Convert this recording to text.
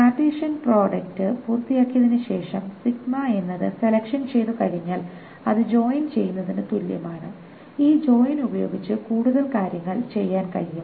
Cartesian product പൂർത്തിയാക്കിയതിനുശേഷം എന്നത് selection ചെയ്തു കഴിഞ്ഞാൽ അത് ജോയിൻ ചെയ്യുന്നതിന് തുല്യമാണ് ഈ ജോയിൻ ഉപയോഗിച്ച് കൂടുതൽ കാര്യങ്ങൾ ചെയ്യാൻ കഴിയും